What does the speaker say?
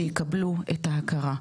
שיקבלו את ההכרה.